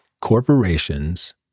Corporations